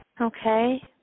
okay